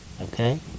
Okay